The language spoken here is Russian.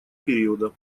периода